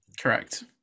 Correct